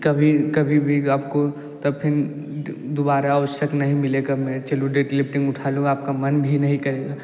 कभी कभी भी आपको तब फिर दोबारा अवसर नहीं मिलेगा मैं चलो डेटडलिफ्टिंग उठा लूँ आपका मन भी नहीं कहेगा